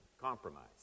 Compromise